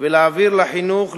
ולהעביר לחינוך,